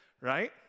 Right